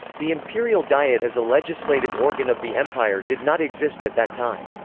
the imperial diet as a legislative organ of the empire did not exist at that time.